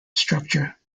structure